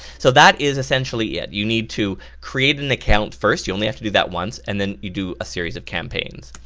so that is essentially it. you need to create an account first, you only have to do that once and then you do a series of campaigns.